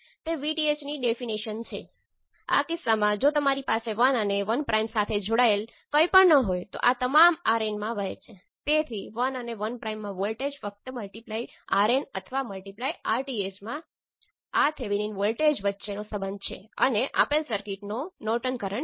તેથી આ y parameter જેવી ખૂબ સરળ વ્યાખ્યાઓ છે તે ખૂબ સ્પષ્ટ હોવી જોઈએ